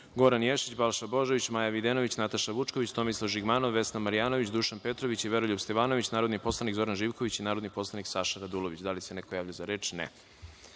Goran Ješić, Balša Božović, Maja Videnović, Nataša Vučković, Tomislav Žigmanov, Vesna Marjanović, Dušan Petrović i Veroljub Stevanović, narodni poslanik Zoran Živković i narodi poslanik Saša Radulović. Da li se neko javlja za reč?